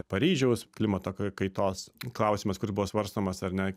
paryžiaus klimato kaitos klausimas kuris buvo svarstomas ar ne